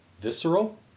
visceral